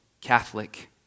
Catholic